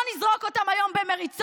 לא נזרוק אותם היום במריצות,